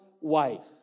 wife